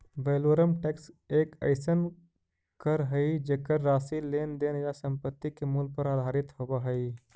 valorem tax एक अइसन कर हइ जेकर राशि लेन देन या संपत्ति के मूल्य पर आधारित होव हइ